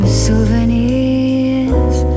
souvenirs